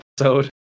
episode